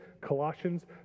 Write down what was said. Colossians